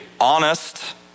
honest